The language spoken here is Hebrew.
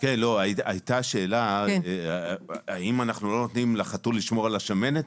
הייתה שאלה האם אנחנו לא נותנים לחתול לשמור על השמנת?